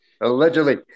allegedly